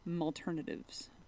alternatives